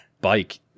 bike